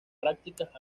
prácticas